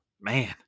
man